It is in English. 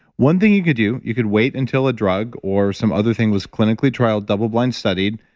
one thing you could do, you could wait until a drug or some other thing was clinically trialed, doubleblind studied,